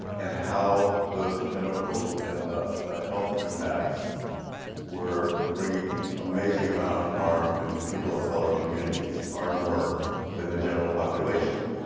and how those chemicals and the the health impacts were bringing amazing amount of harm in people-of-color communities, far more than the general population.